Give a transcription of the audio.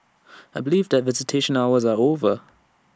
I believe that visitation hours are over